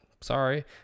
Sorry